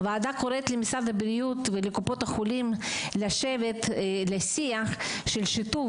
הוועדה קוראת למשרד הבריאות ולקופות החולים לשבת לשיח של שיתוף